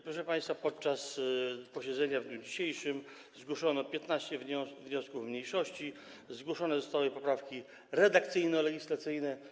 Proszę państwa, podczas posiedzenia w dniu dzisiejszym zgłoszono 15 wniosków mniejszości, zgłoszone zostały poprawki redakcyjno-legislacyjne.